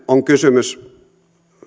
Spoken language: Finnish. on kysymys